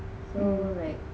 hmm